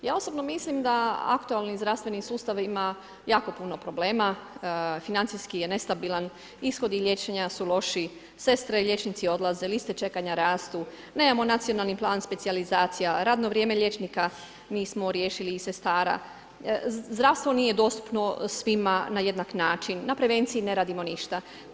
Ja osobno mislim da aktualni zdravstveni sustav ima jako puno problema, financijski je nestabilan, ishodi liječenja su lošiji, sestre i liječnici odlaze, liste čekanja rastu, nemamo nacionalni plan specijalizacija, radno vrijeme liječnika nismo riješili i sestara, zdravstvo nije dostupno svima na jednak način, na prevenciji ne radimo ništa.